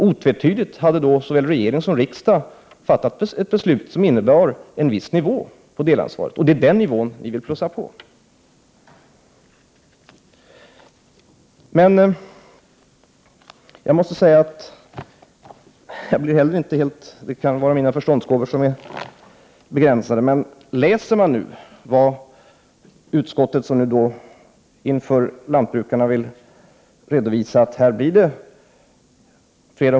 Otvetydigt hade då såväl regering som riksdag fattat ett beslut som innebar en viss nivå på delansvaret, och det är denna nivå som ni vill plussa på. Mina förståndsgåvor kanske är begränsade, men om man "läser vad utskottet skriver om att ge ytterligare flera hundra miljoner till spannmålsodlarna, undrar man om det verkligen förhåller sig på det sättet.